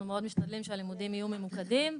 אנחנו מאוד משתדלים שהלימודים יהיו ממוקדים.